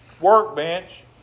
workbench